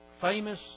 famous